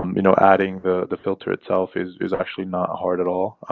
um you know, adding the the filter itself is is actually not hard at all.